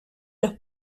los